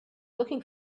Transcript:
looking